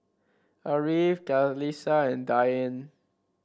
Ariff Qalisha and Dian